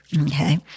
Okay